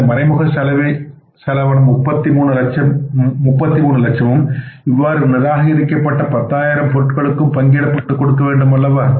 இந்த மறைமுக செலவான 33 லட்சமும் இவ்வாறு நிராகரிக்கப்பட்ட 10000 பொருட்களுக்கும் பங்கிடப்பட்டு கொடுக்கப்பட வேண்டும் அல்லவா